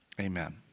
Amen